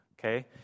okay